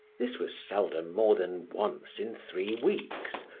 this was seldom more than once in three weeks,